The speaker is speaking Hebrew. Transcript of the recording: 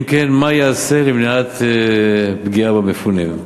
אם כן, מה ייעשה למניעת פגיעה במפונים?